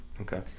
Okay